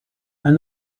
and